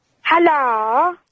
Hello